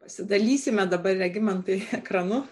pasidalysime dabar regimantai ekranu